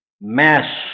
Mass